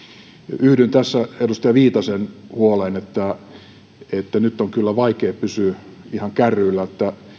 yhdyn tässä edustaja viitasen huoleen siitä että nyt on kyllä vaikea pysyä ihan kärryillä